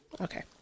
Okay